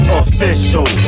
official